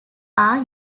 are